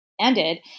ended